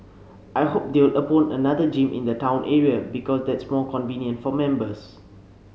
I hope they will another gym in the town area because that's more convenient for members